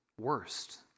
worst